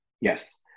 Yes